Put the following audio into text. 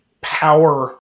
power